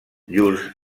llurs